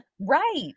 Right